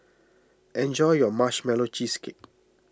enjoy your Marshmallow Cheesecake